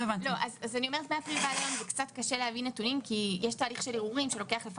כי קצת קשה להבין את זה מכל הפרטים שכתובים,